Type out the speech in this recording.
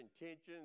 intentions